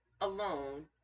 alone